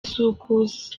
soukous